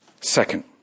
Second